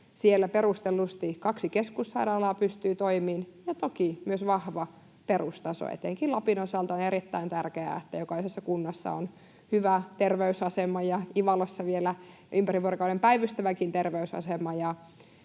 siellä perustellusti kaksi keskussairaalaa pystyy toimimaan ja toki myös vahva perustaso. Etenkin Lapin osalta on erittäin tärkeää, että jokaisessa kunnassa on hyvä terveysasema ja Ivalossa vielä ympäri vuorokauden päivystäväkin terveysasema.